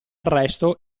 resto